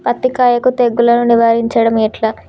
పత్తి కాయకు తెగుళ్లను నివారించడం ఎట్లా?